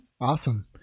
Awesome